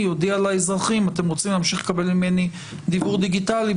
יודיע לאזרחים: אתם רוצים להמשיך לקבל ממני דיוור דיגיטלי,